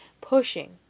pushing